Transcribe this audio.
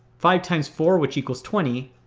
five times four which equals twenty.